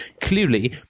clearly